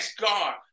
God